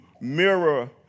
mirror